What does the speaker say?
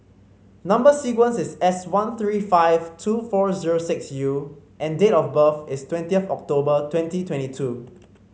number sequence is S one three five two four zero six U and date of birth is twentieth of October twenty twenty two